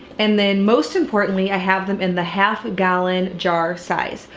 and then most importantly i have them in the half gallon jar-size.